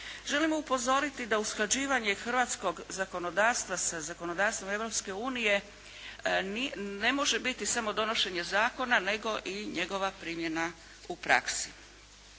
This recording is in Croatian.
Želimo upozoriti da usklađivanje hrvatskog zakonodavstva sa zakonodavstvom Europske unije ne može biti samo donošenje zakona, nego i njegova primjena u praksi.